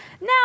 now